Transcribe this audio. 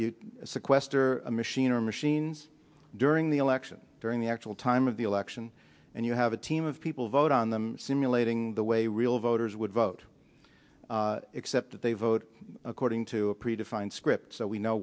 you sequester a machine or machines during the election during the actual time of the election and you have a team of people vote on them simulating the way real voters would vote except that they vote according to a predefined script so we know